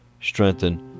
strengthen